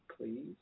Please